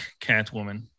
Catwoman